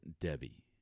Debbie